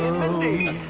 ah mindy